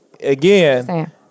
Again